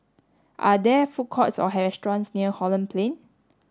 are there food courts or restaurants near Holland Plain